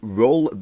roll